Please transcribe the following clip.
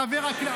חבר הכנסת,